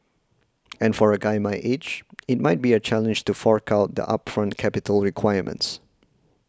and for a guy my age it might be a challenge to fork out the upfront capital requirements